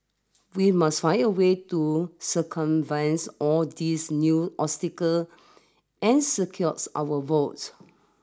we must find a way to circumvent all these new obstacle and secures our votes